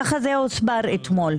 כך זה הוסבר אתמול.